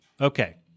Okay